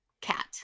cat